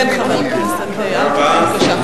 כן, חבר הכנסת אלקין, בבקשה.